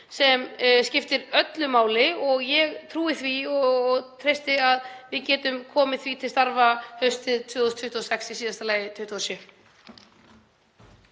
sem skiptir öllu máli og ég trúi því og treysti að við getum komið því til starfa haustið 2026 eða í síðasta lagi 2027.